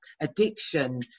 addiction